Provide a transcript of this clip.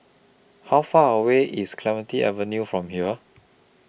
How Far away IS Clementi Avenue from here